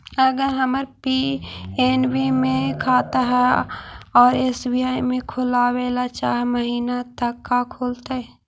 अगर हमर पी.एन.बी मे खाता है और एस.बी.आई में खोलाबल चाह महिना त का खुलतै?